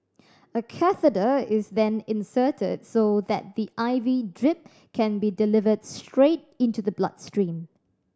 a catheter is then inserted so that the I V drip can be delivered straight into the blood stream